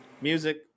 Music